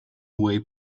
way